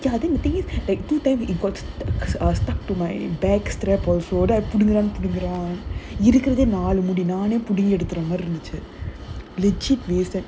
ya and the thing is like two times it got uh stuck to my bag strap also then இருக்குறதே நாலு முடி புடுங்கி எடுத்துரலாம்னு இருந்துச்சு:irukurathae naalu mudi pudungi eduthudalaamnu irunthuchu